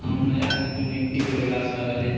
আমরা এক একজন একটি করে গাছ লাগালে